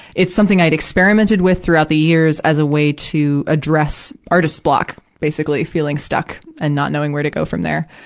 it's something i had experimented with throughout the years as a way to address artist block, basically, feeling stuck and not knowing where to go from there.